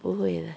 不会 lah